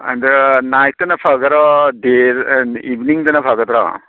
ꯑꯗ ꯅꯥꯏꯠꯇꯅ ꯐꯒꯔꯣ ꯗꯦ ꯏꯕꯤꯅꯤꯡꯗꯅ ꯐꯒꯗ꯭ꯔꯣ